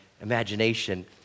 imagination